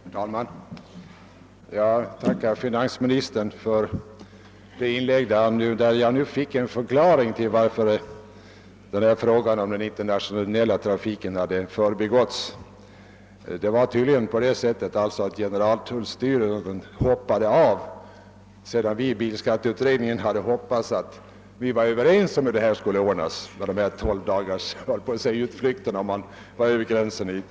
Herr talman! Jag tackar finansministern för detta inlägg. Jag fick nu en förklaring till att frågan om den internationella trafiken hade förbigåtts. Det var tydligen så att generaltullstyrelsen hoppade av. Inom bilskatteutredningen var vi överens om hur denna fråga med >»tolvdagarsutflykterna« borde ordnas.